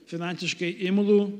finansiškai imlų